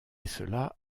cela